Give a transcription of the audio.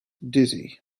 dizzy